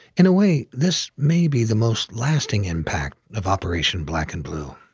in a way, this may be the most lasting impact of operation black and blue.